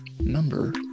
number